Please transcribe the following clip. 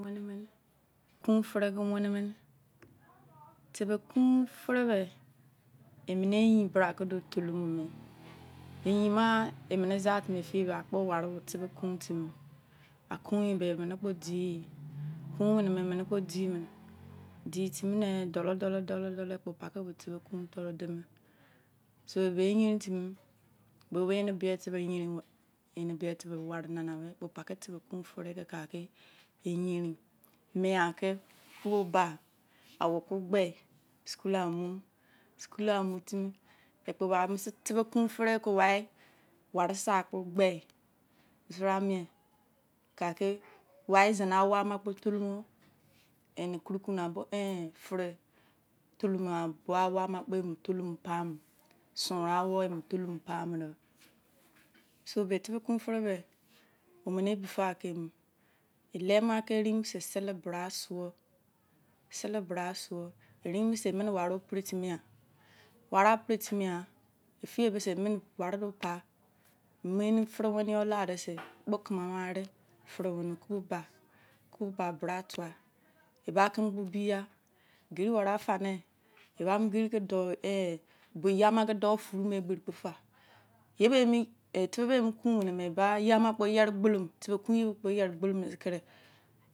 Wene mene, kum fere ke wene mene. tebe kun fere be, emene eyin bra kedo, tolorl mume eyin ma, emene ja timi efiye ba akpo ware ba tebe kum timi a kun be, emene kpo timi dein kun meneme emene kpo deinnmine di kimine emene kpo dolor dolor dolor ekpo pake bo tebe kun tonu deme so e be yerin timi bobe ene bie tebe eyerin, ene bie tebe ware nanabe ekpo pake tebe kun fore ke eyerin meya ke okubo ba, awou kpo gbesulu amu suku lu amu timi ekpoba mese tebe kun fere ku wai, ware sa kpo gbe. mese bra mie ka ke wai ze ne awougha ma kpo tolumu ene kuru kuruna bo fare tarlou mo bo aworgha amo kpo emu tolou mo pamor. sunrun awon emo toloumo pamode. so, be tebe kun fere be, omene ebi fagha kemi eleme kake eyein bose, sala bra sowou sala bra sowou. erunbose, emene ware pare timiyan, efie bose, emene ware do pa kemu ene fere wene yor lade si kpomo ekpo keme ama mo are, fere wene okubo ba oku bo bra tuwa. eba keme kpo biya. gerri ware afane, ebamo geri ke dou eh boi eiyama ke dou furu mei gben kpo eiya fa tebe me emo kun mene me ba n yeighu ma kpo yere gbolomo tebe kun yeibo kpo yere gbolomo kere